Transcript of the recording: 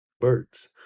birds